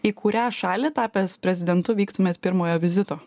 į kurią šalį tapęs prezidentu vyktumėt pirmojo vizito